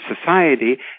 society